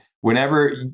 Whenever